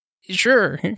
sure